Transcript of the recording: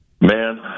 Man